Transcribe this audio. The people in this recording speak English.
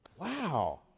Wow